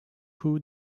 who